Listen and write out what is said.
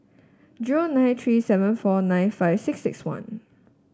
zero nine three seven four nine five six six one